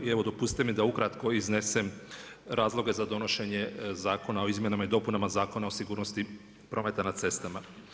I evo, dopustite mi da ukratko iznesem razloge za donošenje Zakona o izmjenama i dopunama Zakona o sigurnosti prometa na cestama.